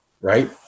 Right